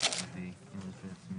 בשעה